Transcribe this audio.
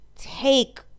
Take